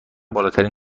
بالاترین